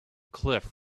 cliff